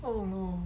oh no